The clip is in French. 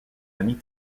amies